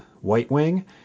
WhiteWing